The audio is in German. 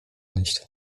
nicht